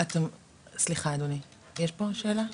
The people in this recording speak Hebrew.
איזה פעולות.